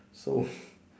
so